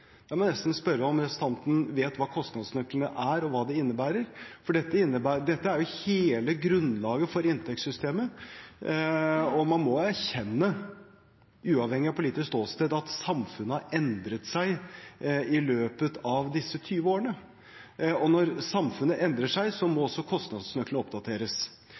nesten spørre om representanten vet hva kostnadsnøklene er, og hva det innebærer, for dette er hele grunnlaget for inntektssystemet. Man må erkjenne, uavhengig av politisk ståsted, at samfunnet har endret seg i løpet av disse 20 årene. Og når samfunnet endrer seg, må også kostnadsnøklene oppdateres.